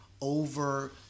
over